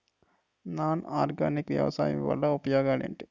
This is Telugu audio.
నాన్ ఆర్గానిక్ వ్యవసాయం వల్ల ఉపయోగాలు ఏంటీ?